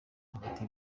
hagati